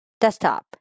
desktop